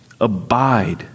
Abide